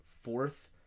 fourth